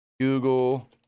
Google